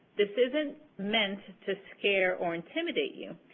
this isn't meant to scare or intimidate you,